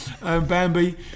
Bambi